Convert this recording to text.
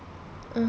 (uh huh)